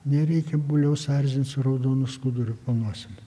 nereikia buliaus erzint su raudonu skuduru po nosim